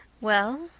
Well